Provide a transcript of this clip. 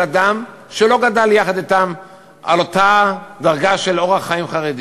אדם שלא גדל יחד אתם על אותה דרגה של אורח חיים חרדי,